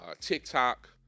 TikTok